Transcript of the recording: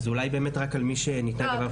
אז אולי באמת רק על מי שניתנה לגביו חוות דעת?